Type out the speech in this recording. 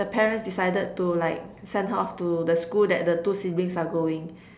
the parents decided to like send her off to the school that the two siblings are going